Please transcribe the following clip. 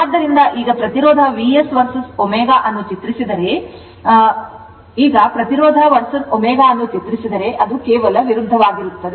ಆದ್ದರಿಂದ ಈಗ ಪ್ರತಿರೋಧ vs ω ಅನ್ನು ಚಿತ್ರಿಸಿದರೆ ಅದು ಕೇವಲ ವಿರುದ್ಧವಾಗಿರುತ್ತದೆ